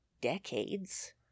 decades